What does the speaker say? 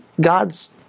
God's